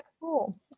cool